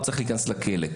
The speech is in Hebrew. הוא צריך להיכנס לכלא.